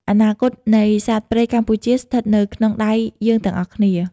អនាគតនៃសត្វព្រៃកម្ពុជា ស្ថិតនៅក្នុងដៃយើងទាំងអស់គ្នា។